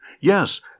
Yes